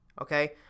okay